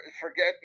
forget